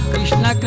Krishna